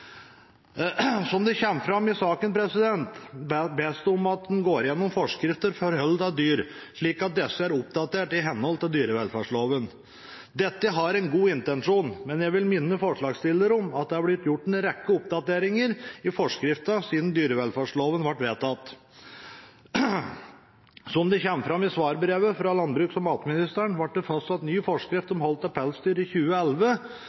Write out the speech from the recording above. Som det kommer fram i saken, bes det om at en går igjennom forskrifter for hold av dyr, slik at disse er oppdatert i henhold til dyrevelferdsloven. Dette har en god intensjon, men jeg vil minne forslagsstilleren om at det har blitt gjort en rekke oppdateringer i forskriftene siden dyrevelferdsloven ble vedtatt. Som det kommer fram i svarbrevet fra landbruks- og matministeren, ble det fastsatt ny forskrift om hold av pelsdyr i 2011.